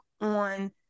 on